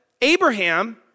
Abraham